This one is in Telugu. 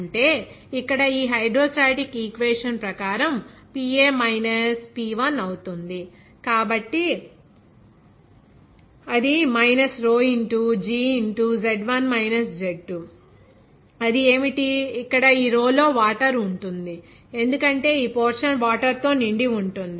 అంటే ఇక్కడ ఈ హైడ్రోస్టాటిక్ ఈక్వేషన్ ప్రకారం ఇది PA మైనస్ P1 అవుతుంది కాబట్టి అది minus rho into g into Z1 minus Z2 అది ఏమిటి ఇక్కడ ఈ రోలో వాటర్ ఉంటుంది ఎందుకంటే ఈ పోర్షన్ వాటర్ తో నిండి ఉంటుంది